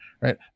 Right